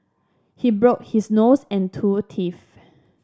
he broke his nose and two teeth